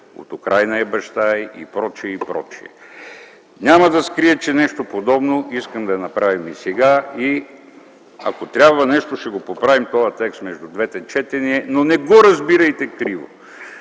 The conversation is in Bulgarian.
от Украйна и прочие, и прочие. Няма да скрия, че нещо подобно искам да направим и сега. И ако трябва ще поправим този текст между двете четения, но не го разбирайте криво.